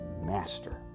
master